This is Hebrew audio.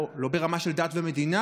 לא ברמה של דת ומדינה,